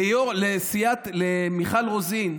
למיכל רוזין,